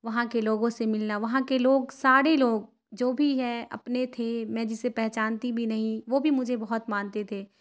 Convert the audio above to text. وہاں کے لوگوں سے ملنا وہاں کے لوگ سارے لوگ جو بھی ہیں اپنے تھے میں جسے پہچانتی بھی نہیں وہ بھی مجھے بہت مانتے تھے